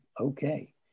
Okay